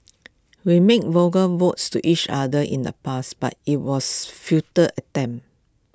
we made vows to each other in the past but IT was futile attempt